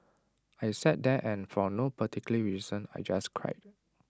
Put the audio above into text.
I sat there and for no particular reason I just cried